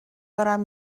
دارم